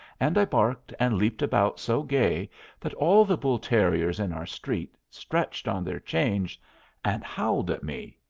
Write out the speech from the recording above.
and i barked and leaped about so gay that all the bull-terriers in our street stretched on their chains and howled at me.